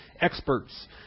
experts